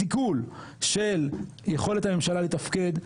סיכול של יכולת הממשלה לתפקד,